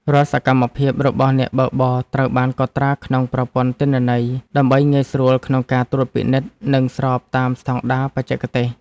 រាល់សកម្មភាពរបស់អ្នកបើកបរត្រូវបានកត់ត្រាក្នុងប្រព័ន្ធទិន្នន័យ ដើម្បីងាយស្រួលក្នុងការត្រួតពិនិត្យ និងស្របតាមស្តង់ដារបច្ចេកទេស។